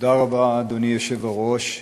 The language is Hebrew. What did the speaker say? אדוני היושב-ראש,